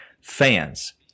fans